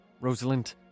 Rosalind